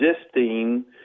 existing